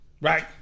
Right